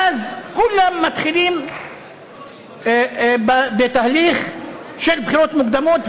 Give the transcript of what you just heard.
ואז כולם מתחילים בתהליך של בחירות מוקדמות,